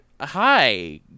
hi